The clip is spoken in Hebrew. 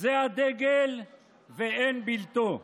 זה הדגל ואין בלתו.